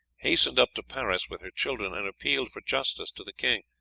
hastened up to paris with her children, and appealed for justice to the king,